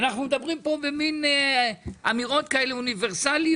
ואנחנו מדברים פה במין אמירות כאלה אוניברסליות,